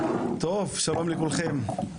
שלום לכולם,